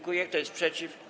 Kto jest przeciw?